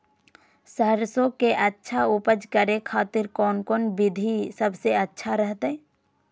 सरसों के अच्छा उपज करे खातिर कौन कौन विधि सबसे अच्छा रहतय?